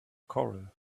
corral